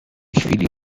chwili